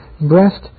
breast